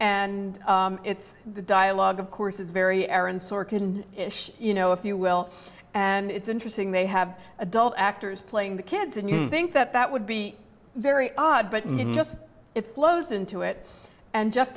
and it's the dialogue of course is very aaron sorkin ish you know if you will and it's interesting they have adult actors playing the kids and you think that that would be very odd but just it flows into it and jeff